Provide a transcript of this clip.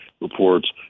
reports